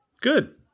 Good